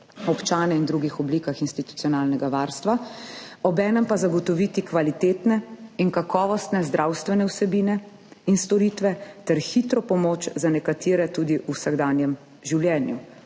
občane in drugih oblikah institucionalnega varstva, obenem pa zagotoviti kvalitetne in kakovostne zdravstvene vsebine in storitve ter hitro pomoč za nekatere tudi v vsakdanjem življenju,